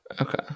okay